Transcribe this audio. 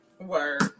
Word